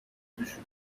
düşük